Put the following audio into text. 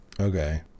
Okay